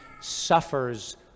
suffers